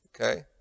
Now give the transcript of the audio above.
okay